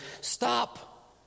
stop